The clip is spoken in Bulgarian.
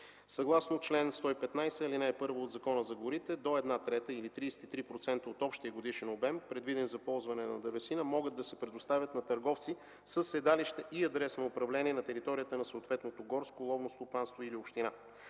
Съгласно чл. 115, ал. 1 от Закона за горите до една трета или 33% от общия годишен обем на дървесина, предвиден за ползване, може да се предостави на търговци със седалище и адрес на управление на територията на съответното горско, ловно стопанство или община.